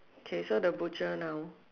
okay so the butcher now